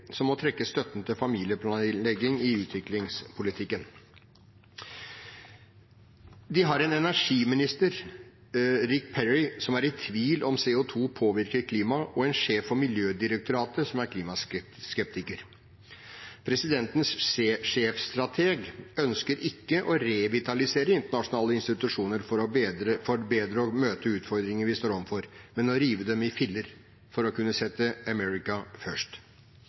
en energiminister, Rick Perry, som er i tvil om CO 2 påvirker klima, og en sjef for miljødirektoratet som er klimaskeptiker. Presidentens sjefsstrateg ønsker ikke å revitalisere internasjonale institusjoner for bedre å møte utfordringer vi står overfor, men å rive dem i filler, for å kunne sette